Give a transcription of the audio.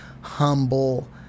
humble